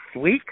week